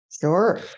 Sure